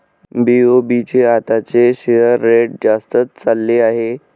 BOB चे आताचे share rate जास्तच चालले आहे